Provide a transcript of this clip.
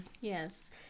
yes